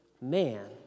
man